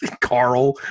Carl